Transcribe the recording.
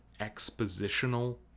expositional